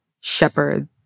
shepherd